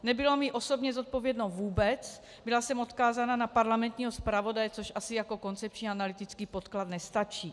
Nebylo mi osobně zodpovězeno vůbec, byla jsem odkázána na parlamentního zpravodaje, což asi jako koncepční analytický podklad nestačí.